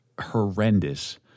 horrendous